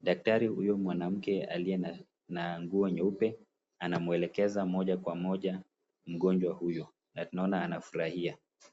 Daktari huyu mwanamke aliye na nguo nyeupe anamwelekeza moja kwa moja mgonjwa huyu na tunaona anafurahia.